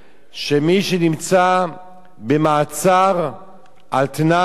שמי שנמצא במעצר על-תנאי,